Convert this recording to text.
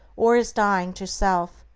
or is dying, to self,